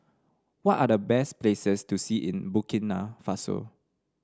what are the best places to see in Burkina Faso